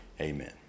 amen